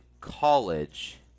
college